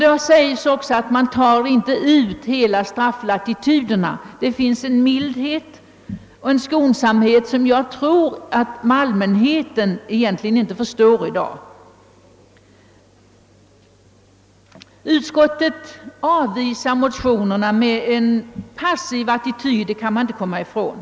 Han sade också att vi inte tar ut hela strafflatituderna utan visar en mildhet och skonsamhet som allmänheten egentligen inte förstår i dag. Utskottet har avstyrkt motionerna och därvid intagit en passiv attityd. det kan man inte komma ifrån.